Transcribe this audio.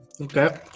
Okay